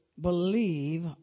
believe